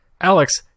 Alex